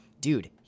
Dude